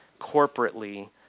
corporately